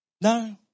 No